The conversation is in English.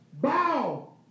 bow